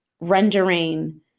rendering